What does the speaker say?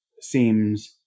seems